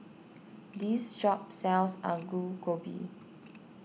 this shop sells Alu Gobi